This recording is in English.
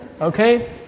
Okay